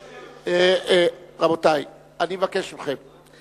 רבותי, אני מבקש מכם.